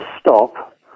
stop